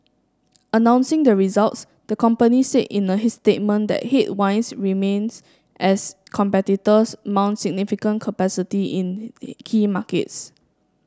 announcing the results the company said in a statement that headwinds remains as competitors mount significant capacity in key markets